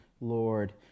Lord